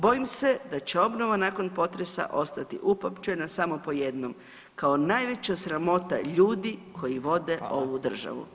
Bojim se da će obnova nakon potresa ostati upamćena samo po jednom kao najveća sramota ljudi koji vode ovu državu.